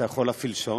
אתה יכול להפעיל שעון,